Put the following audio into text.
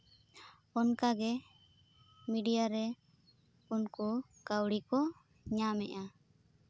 ᱚᱱᱠᱟᱜᱮ ᱢᱤᱰᱤᱭᱟ ᱨᱮ ᱩᱱᱠᱩ ᱠᱟᱹᱣᱰᱤ ᱠᱚ ᱧᱟᱢᱮᱫᱼᱟ